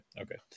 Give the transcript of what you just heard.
Okay